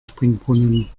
springbrunnen